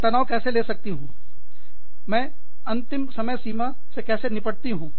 मैं तनाव कैसे ले सकती हूँ मैं अपनी अंतिम समय सीमा से कैसे निपटती हूँ